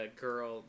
girl